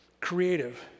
creative